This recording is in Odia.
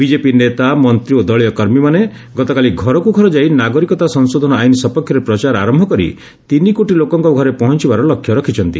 ବିଜେପି ନେତା ମନ୍ତ୍ରୀ ଓ ଦଳୀୟ କର୍ମୀମାନେ ଗତକାଲି ଘରକୁ ଘର ଯାଇ ନାଗରିକତା ସଂଶୋଧନ ଆଇନ ସପକ୍ଷରେ ପ୍ରଚାର ଆରମ୍ଭ କରି ତିନି କୋଟି ଲୋକଙ୍କ ଘରେ ପହଞ୍ଚବାର ଲକ୍ଷ୍ୟ ରଖିଛନ୍ତି